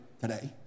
today